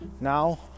Now